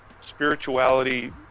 spirituality